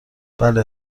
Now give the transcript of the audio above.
بله